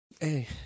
Hey